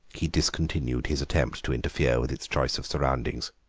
he discontinued his attempt to interfere with its choice of surroundings.